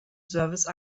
service